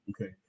Okay